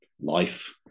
life